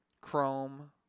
Chrome